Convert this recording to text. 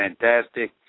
fantastic